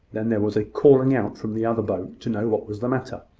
then there was a calling out from the other boat to know what was the matter,